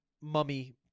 mummy